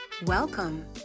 Welcome